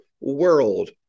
world